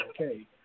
okay